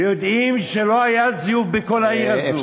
ויודעים שלא היה זיוף בכל העיר הזאת,